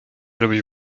żebyś